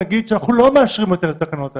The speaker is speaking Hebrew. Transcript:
נגיד שאנחנו לא מאשרים יותר את התקנות האלה,